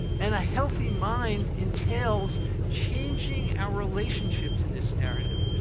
and a healthy mind entails changing our relationship to this narrative.